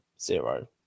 zero